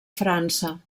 frança